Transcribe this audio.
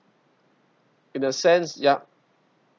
in a sense ya